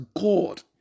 God